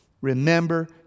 remember